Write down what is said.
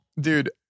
Dude